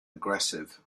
aggressive